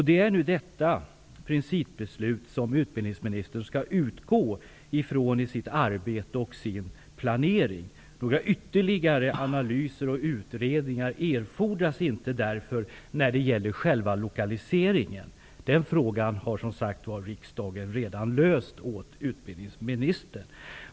Det är detta principbeslut som utbildningsministern nu skall utgå ifrån i sitt arbete och sin planering. Några ytterligare analyser och utredningar erfordras därför inte när det gäller själva lokaliseringen. Den frågan har riksdagen redan löst åt utbildningsministern.